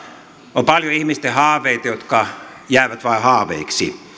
on paljon ihmisten haaveita jotka jäävät vain haaveiksi